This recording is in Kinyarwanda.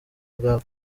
bwawe